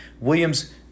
Williams